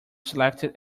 selected